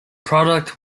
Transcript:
product